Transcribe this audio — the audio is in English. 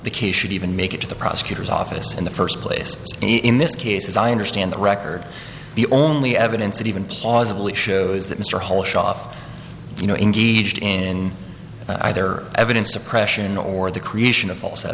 the case should even make it to the prosecutor's office in the first place in this case as i understand the record the only evidence that even plausibly shows that mr hall show off you know engaged in either evidence suppression or the creation of fals